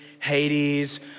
Hades